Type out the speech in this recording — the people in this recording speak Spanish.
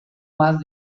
más